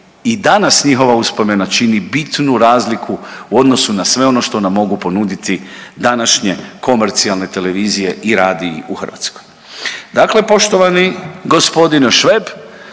i danas njihova uspomena čini bitnu razliku u odnosu na sve ono što nam mogu ponuditi današnje komercijalne televizije i radiji u Hrvatskoj. Dakle, poštovani g. Šveb